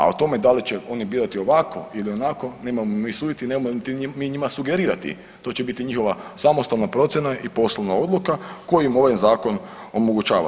A o tome da li će oni birati ovako ili onako ne moramo mi suditi i nemojmo mi njima sugerirati, to će biti njihova samostalna procjena i poslovna odluka koju im ovaj zakon omogućava.